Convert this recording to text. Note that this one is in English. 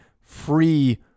free